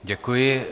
Děkuji.